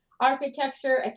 architecture